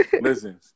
listen